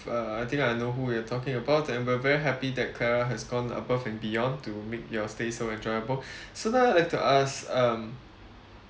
err I think I know who you're talking about and we're very happy that clara has gone above and beyond to make your stay so enjoyable so now I would like to ask um